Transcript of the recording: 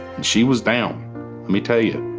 she was down. let me tell you.